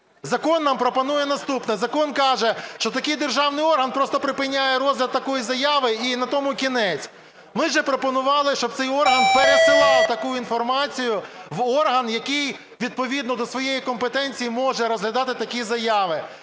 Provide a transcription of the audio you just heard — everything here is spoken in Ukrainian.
Закон нам пропонує наступне: закон каже, що такий державний орган просто припиняє розгляд такої заяви, і на тому кінець. Ми ж пропонували, щоб цей орган пересилав таку інформацію в орган, який відповідно до своєї компетенції може розглядати такі заяви,